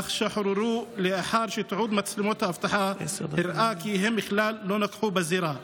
אך שוחררו לאחר שתיעוד מצלמות האבטחה הראה כי הם בכלל לא נכחו בזירה.